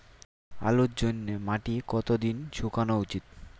আলুর জন্যে মাটি কতো দিন শুকনো উচিৎ?